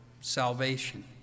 salvation